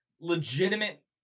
legitimate